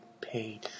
paid